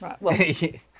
right